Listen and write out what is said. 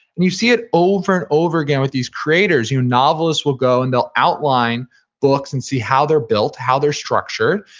and you see it over and over again with these creators, who, novelists will go and they'll outline books, and see how they're built, how they're structured,